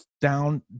down